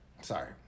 sorry